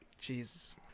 Jesus